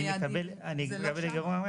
אני אסביר.